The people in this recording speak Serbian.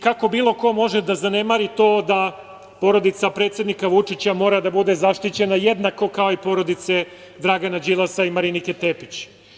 Kako bilo ko može da zanemari to da porodica predsednika Vučića mora da bude zaštićena jednako, kao i porodice Dragana Đilasa i Marinike Tepić.